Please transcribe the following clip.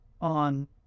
on